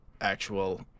actual